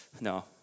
No